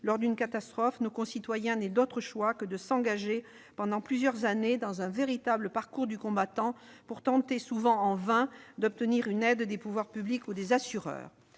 lors d'une catastrophe, n'aient d'autre choix que de s'engager, pendant plusieurs années, dans un véritable « parcours du combattant » pour tenter, souvent en vain, d'obtenir une aide des pouvoirs publics ou des assureurs.